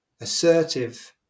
assertive